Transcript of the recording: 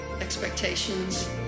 expectations